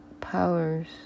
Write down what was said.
powers